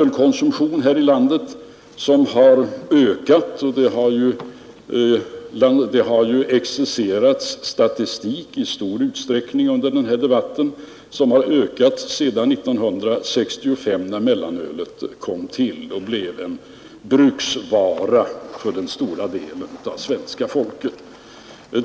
Ölkonsumtionen här i landet har ökat sedan 1965 — här har under debattens lopp exercerats statistik i stor utsträckning — när mellanölet blev en bruksvara för den stora delen av svenska folket.